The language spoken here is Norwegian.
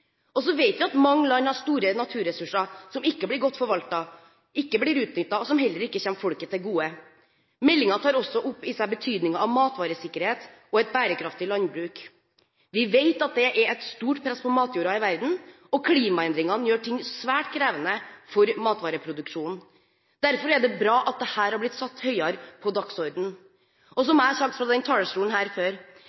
Så vet vi at mange land har store naturressurser som ikke blir godt forvaltet, ikke blir utnyttet, og som heller ikke kommer folk til gode. Meldingen tar også opp i seg betydningen av matvaresikkerhet og et bærekraftig landbruk. Vi vet at det er et stort press på matjorden i verden, og klimaendringene gjør det svært krevende for matvareproduksjonen. Derfor er det bra at dette er satt høyere opp på